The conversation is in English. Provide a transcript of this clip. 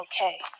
okay